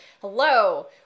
Hello